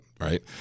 right